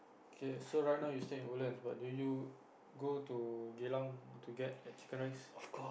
okay so right now you stay at Woodlands but do you go to Geylang to get chicken rice